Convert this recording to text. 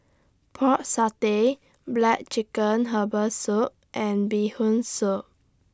Pork Satay Black Chicken Herbal Soup and Bee Hoon Soup